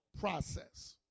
process